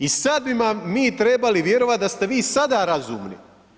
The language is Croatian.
I sad bismo vam mi trebali vjerovati da ste vi sada razumni.